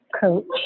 coach